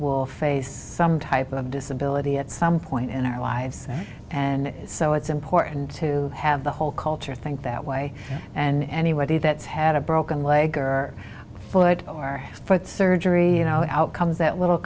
will face some type of disability at some point in our lives and so it's important to have the whole culture think that way and anybody that's had a broken leg or foot or has foot surgery you know outcomes that little